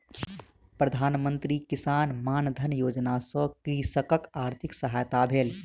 प्रधान मंत्री किसान मानधन योजना सॅ कृषकक आर्थिक सहायता भेल